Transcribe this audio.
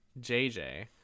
JJ